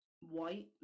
white